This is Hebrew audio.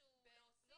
לירון, משהו להוסיף?